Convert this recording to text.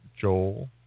joel